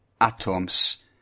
atoms